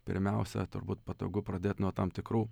pirmiausia turbūt patogu pradėt nuo tam tikrų